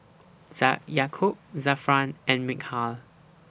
Yaakob Zafran and Mikhail